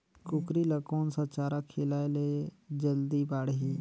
कूकरी ल कोन सा चारा खिलाय ल जल्दी बाड़ही?